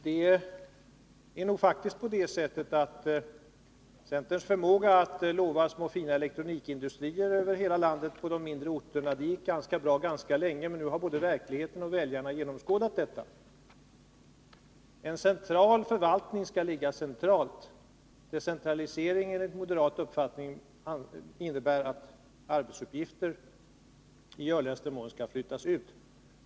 Det gick också bra ganska länge för centern att lova små och fina elektronikindustrier på mindre orter över hela landet, men nu har verkligheten och väljarna genomskådat detta. En central förvaltning skall ligga centralt. Decentralisering innebär enligt moderata samlingspartiets uppfattning att arbetsuppgifter i möjligaste mån skall flyttas ut.